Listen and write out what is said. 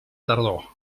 tardor